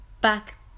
back